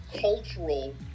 cultural